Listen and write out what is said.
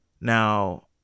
Now